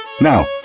Now